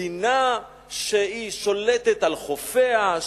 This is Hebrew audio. אבל היה רצון להראות שיש כאן מדינה שהיא שולטת על חופיה,